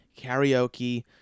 karaoke